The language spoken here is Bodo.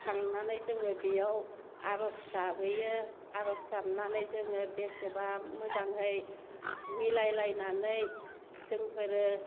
थांनानै जोङो बेयाव आर'ज गाबहैयो आर'ज गाबनानै जोङो बेसेबा मोजाङै मिलायलायनानै जोंफोरो